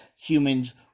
humans